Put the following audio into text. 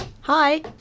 Hi